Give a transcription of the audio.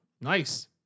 nice